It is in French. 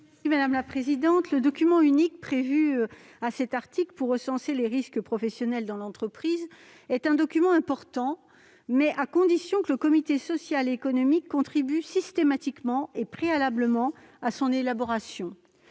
Mme Laurence Cohen. Le document unique prévu à cet article pour recenser les risques professionnels dans l'entreprise est un document important, à condition que le comité social et économique, le CSE, contribue systématiquement et préalablement à son élaboration.